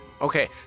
Okay